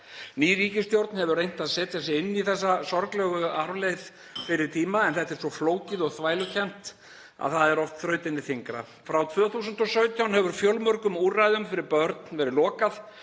Ný ríkisstjórn hefur reynt að setja sig inn í þessa sorglegu arfleifð fyrri tíma en þetta er svo flókið og þvælukennt að það er oft þrautinni þyngra. Frá 2017 hefur fjölmörgum úrræðum fyrir börn verið lokað